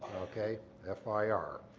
okay? f i r.